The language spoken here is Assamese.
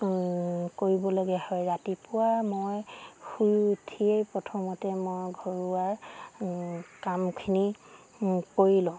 কৰিবলগীয়া হয় ৰাতিপুৱা মই শুই উঠিয়েই প্ৰথমতে মই ঘৰুৱা কামখিনি কৰি লওঁ